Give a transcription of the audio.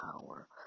power